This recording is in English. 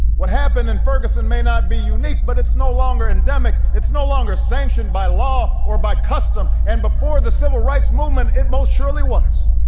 what happened in ferguson may not be unique, but it's no longer endemic. it's no longer sanctioned by law or by custom. and before the civil rights movement, it most surely was.